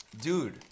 Dude